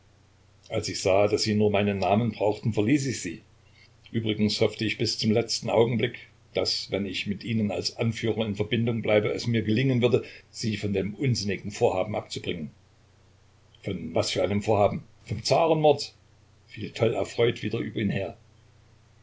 als ich sah daß sie nur meinen namen brauchten verließ ich sie übrigens hoffte ich bis zum letzten augenblick daß wenn ich mit ihnen als ihr anführer in verbindung bleibe es mir gelingen würde sie von dem unsinnigen vorhaben abzubringen von was für einem vorhaben vom zarenmord fiel toll erfreut wieder über ihn her